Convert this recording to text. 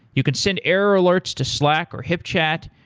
you could send error alerts to slack, or hipchat,